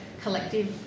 collective